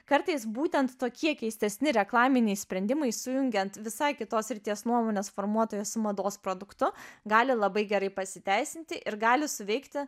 kartais būtent tokie keistesni reklaminiai sprendimai sujungiant visai kitos srities nuomonės formuotoją su mados produktu gali labai gerai pasiteisinti ir gali suveikti